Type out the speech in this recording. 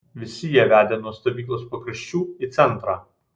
visi jie vedė nuo stovyklos pakraščių į centrą